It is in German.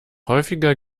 häufiger